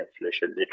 inflation